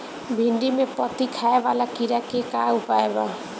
भिन्डी में पत्ति खाये वाले किड़ा के का उपाय बा?